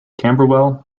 camberwell